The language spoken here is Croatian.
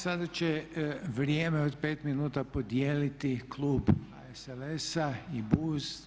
Sada će vrijeme od 5 minuta podijeliti klub HSLS-a i BUZ.